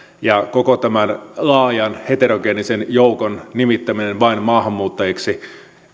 ja koko tämän laajan heterogeenisen joukon nimittäminen vain maahanmuuttajiksi